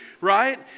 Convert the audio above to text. right